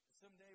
someday